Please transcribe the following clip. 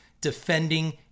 defending